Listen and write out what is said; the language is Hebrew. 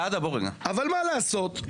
אבל מה לעשות,